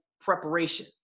preparation